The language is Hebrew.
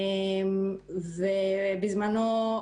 בזמנו,